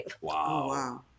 wow